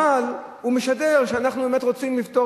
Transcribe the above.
אבל הוא משדר שאנחנו באמת רוצים לפתור